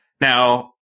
Now